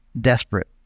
desperate